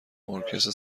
ارکستر